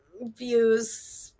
views